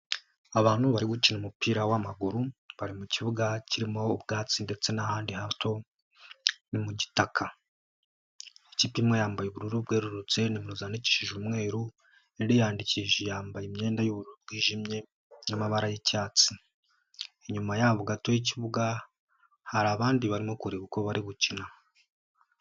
Abantu barimo gukina umupira w'amaguru bari mu kibuga kirimo ubwatsi ndetse n'ahandi hato, ni mu gitaka. Ikipe imwe yambaye ubururu bwerurutse ninyuguti zandikshije umweru . Indi yambaye imyenda y'ubururu bwijimye n'amabara y'icyatsi, inyuma yaho gato y'ikibuga hari abandi barimo kureba uko bari gukina.